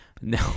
No